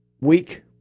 week